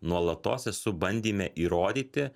nuolatos esu bandyme įrodyti